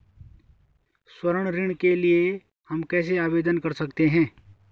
स्वर्ण ऋण के लिए हम कैसे आवेदन कर सकते हैं?